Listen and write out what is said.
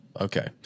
Okay